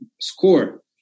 score